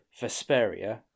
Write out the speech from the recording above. Vesperia